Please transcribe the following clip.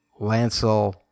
Lancel